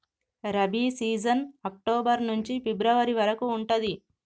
rabi season October నుంచి February వరకు ఉంటది